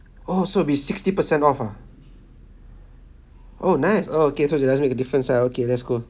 oh so it'll be sixty percent off ah oh nice oh okay so it doesn't make a difference ah okay let's go